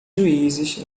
juízes